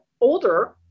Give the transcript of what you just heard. older